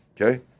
Okay